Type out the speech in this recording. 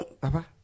Papa